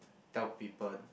tell people